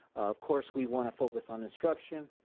of course we wanna focus on instruction.